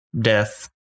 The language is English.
death